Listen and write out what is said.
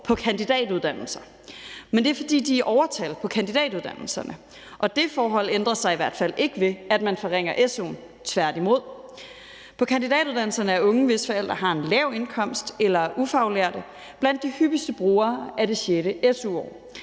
på kandidatuddannelser, men det er, fordi de er i overtal på kandidatuddannelserne, og det forhold ændrer sig i hvert fald ikke, ved at man forringer su'en, tværtimod. På kandidatuddannelserne er unge, hvis forældre har en lav indkomst eller er ufaglærte, blandt de hyppigste brugere af det sjette su-år.